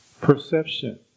Perception